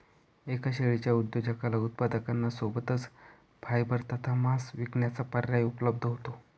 एका शेळीच्या उद्योजकाला उत्पादकांना सोबतच फायबर तथा मांस विकण्याचा पर्याय उपलब्ध होतो